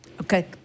Okay